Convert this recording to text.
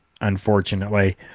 unfortunately